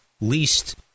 least